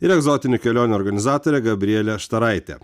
ir egzotinių kelionių organizatorė gabrielė štaraitė